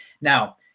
Now-